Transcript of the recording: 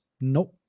No